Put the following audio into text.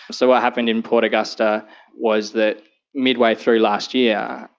so what happened in port augusta was that midway through last year,